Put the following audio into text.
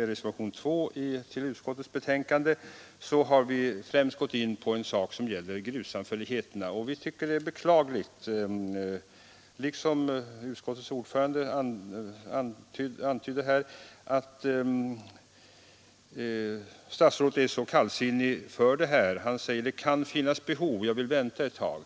reservation 2 vid utskottets betänkande — har vi främst gått in på frågan om täktsam fälligheter. Vi tycker att det — såsom utskottets ordförande antydde — är beklagligt att statsrådet är så kallsinnig inför detta. Han säger: Det kan finnas behov, jag vill vänta ett tag.